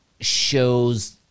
shows